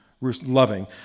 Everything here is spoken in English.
loving